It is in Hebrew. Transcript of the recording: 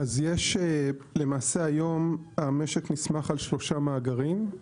אז יש למעשה היום, המשק נסמך על שלושה מאגרים.